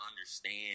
understand